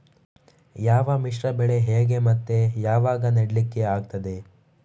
ಯಾವ ಮಿಶ್ರ ಬೆಳೆ ಹೇಗೆ ಮತ್ತೆ ಯಾವಾಗ ನೆಡ್ಲಿಕ್ಕೆ ಆಗ್ತದೆ?